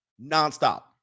nonstop